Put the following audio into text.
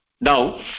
Now